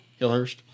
Hillhurst